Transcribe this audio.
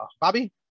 Bobby